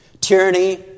Tyranny